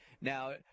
now